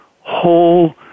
whole